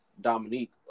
Dominique